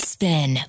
Spin